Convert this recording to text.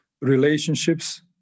relationships